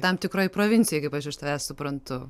tam tikroj provincijoj kaip aš iš tavęs suprantu